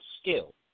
skill